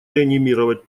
реанимировать